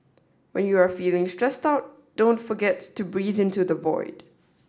when you are feeling stressed out don't forget to breathe into the void